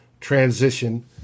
transition